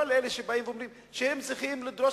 לכל אלה שבאים ואומרים שהם צריכים לדרוש